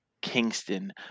Kingston